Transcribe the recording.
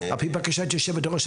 על פי בקשת יושבת הראש,